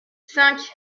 cinq